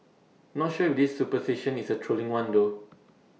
not sure if this superstition is A trolling one though